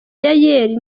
yayeli